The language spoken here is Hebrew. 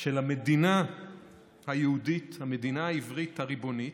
של המדינה היהודית, המדינה העברית הריבונית,